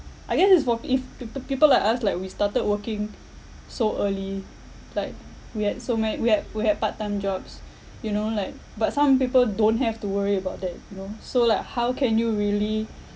I guess is for if peop~ people like us like we started working so early like we had so many we had we had part time jobs you know like but some people don't have to worry about that you know so like how can you really